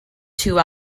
two